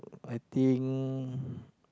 I think